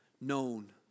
known